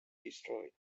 destroyed